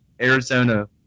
Arizona